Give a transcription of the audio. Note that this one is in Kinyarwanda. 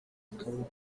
akaboko